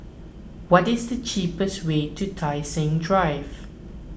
what is the cheapest way to Tai Seng Drive